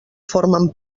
formen